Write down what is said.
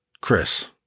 Chris